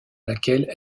laquelle